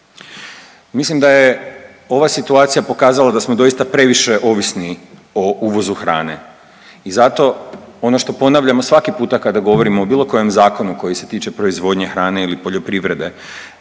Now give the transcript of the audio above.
Mislim daje ova situacija pokazala da smo doista previše ovisni o uvozu hrane i zato, ono što ponavljamo svaki puta kada govorimo o bilo kojem zakonu koji se tiče proizvodnje hrane ili poljoprivrede,